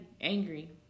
angry